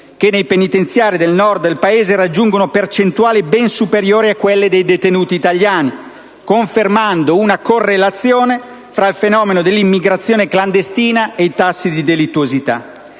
che, nei penitenziari del Nord del Paese, raggiungono percentuali ben superiori a quelle dei detenuti italiani, confermando una correlazione tra il fenomeno dell'immigrazione clandestina e i tassi di delittuosità.